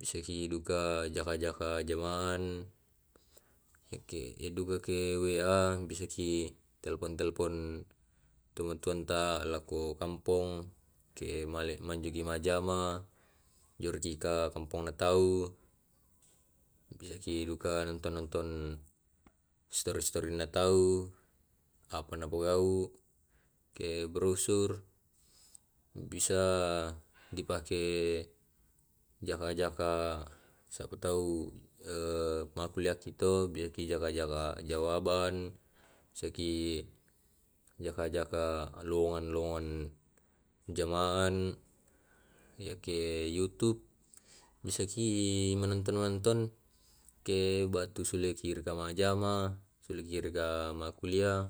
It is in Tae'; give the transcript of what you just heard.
Bisa ki duka jaka jaka jamaan, eke e duka ke wa bisaki telpon telpon tomatoanta lao ke kampong, ke male manjoki majjama jerjika dikampongna tau, bisa ke duka nonton nonton stori storina tau. Apa na pogau. Ke browsur bisa dipakee jaka jaka sapa tau makkulliahki te, meloki jaka jaka jawaban, bisa ki jaka jaka lowongan lowongan jamaan. Yake yutup, bisaki manonton nonton ke batu suleki ke majama, suleki ke makuliah